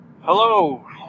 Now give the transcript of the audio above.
hello